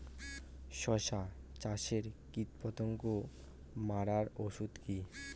শসা চাষে কীটপতঙ্গ মারার ওষুধ কি?